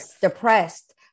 depressed